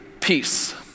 peace